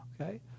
okay